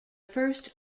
first